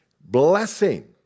Blessing